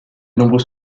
nombreux